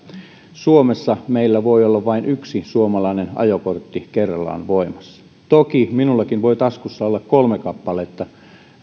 suomessa meillä voi olla vain yksi suomalainen ajokortti kerrallaan voimassa toki minullakin voi taskussa olla kolme kappaletta